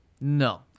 No